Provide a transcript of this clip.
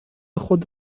خود